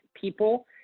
people